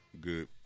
good